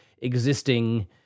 existing